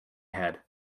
head